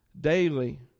daily